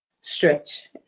stretch